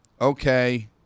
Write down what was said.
Okay